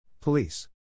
Police